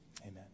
amen